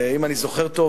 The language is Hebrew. אם אני זוכר טוב,